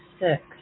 six